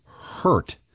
hurt